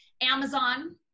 Amazon